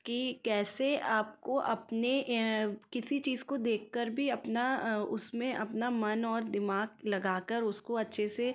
कि कैसे आपको अपने किसी चीज़ को देख कर भी अपना उसमें अपना मन और दिमाग लगा कर उसको अच्छे से